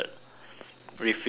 refillable